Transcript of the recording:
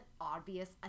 obvious